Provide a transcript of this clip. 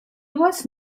was